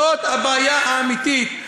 זאת הבעיה האמיתית.